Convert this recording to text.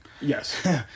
Yes